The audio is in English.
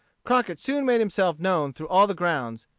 crockett soon made himself known through all the grounds,